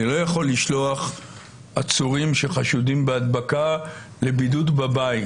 אני לא יכול לשלוח עצורים שחשודים בהדבקה לבידוד בבית.